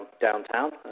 downtown